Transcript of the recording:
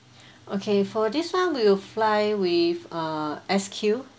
okay for this [one] we'll fly with uh S_Q